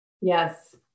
Yes